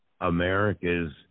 America's